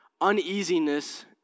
uneasiness